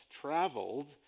traveled